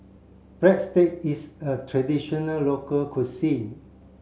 Breadsticks is a traditional local cuisine